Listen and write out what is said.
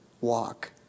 walk